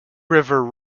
river